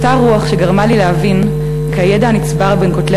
אותה רוח שגרמה לי להבין כי הידע הנצבר בין כותלי